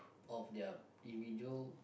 of their individual